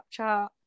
Snapchat